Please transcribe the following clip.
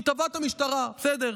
היא תבעה את המשטרה, בסדר,